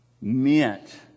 meant